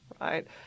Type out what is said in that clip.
right